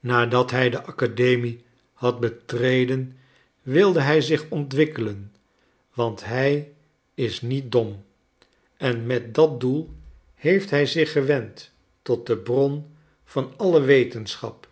nadat hij de academie had betreden wilde hij zich ontwikkelen want hij is niet dom en met dat doel heeft hij zich gewend tot de bron van alle wetenschap